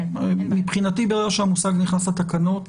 מבחינתי, ברגע שהמושג נכנס לתקנות,